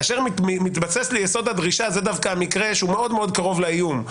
זה דווקא מקרה שהוא מאוד מאוד קרוב לאיום,